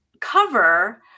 cover